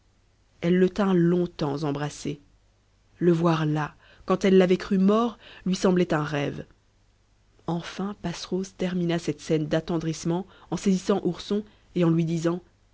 elle le tint longtemps embrassé le voir là quand elle l'avait cru mort lui semblait un rêve enfin passerose termina cette scène d'attendrissement en saisissant ourson et en lui disant